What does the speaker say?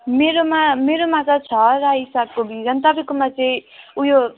मेरोमा मेरोमा त छ रायो सागको बिजन तपाईँमा चाहिँ उयो